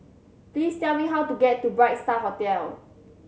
please tell me how to get to Bright Star Hotel